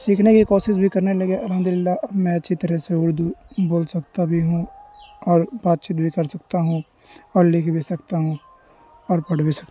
سیکھنے کی کوشش بھی کرنے لگے الحمد اللہ اب میں اچھی طرح سے اردو بول سکتا بھی ہوں اور بات چیت بھی کر سکتا ہوں اور لکھ بھی سکتا ہوں اور پڑھ بھی سکتا ہوں